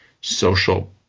social